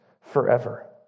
forever